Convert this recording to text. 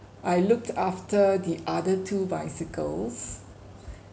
I looked after the other two bicycles